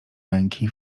męki